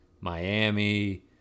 Miami